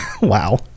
wow